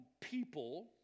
people